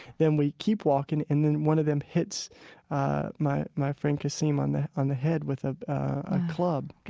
then we keep walking and then one of them hits my my friend, kasim, on the on the head with a ah club.